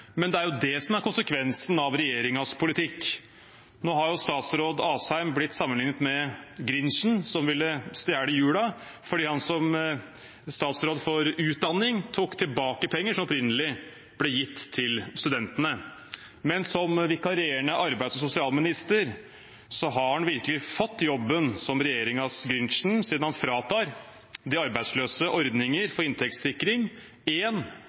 Men det er det som er konsekvensen av regjeringens politikk. Nå har statsråd Asheim blitt sammenlignet med Grinchen, som ville stjele julen, fordi han som statsråd for utdanning tok tilbake penger som opprinnelig ble gitt til studentene. Men som vikarierende arbeids- og sosialminister har han virkelig fått jobben som regjeringens Grinchen, siden han fratar de arbeidsløse ordninger for inntektssikring